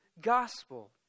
gospel